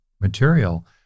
material